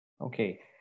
Okay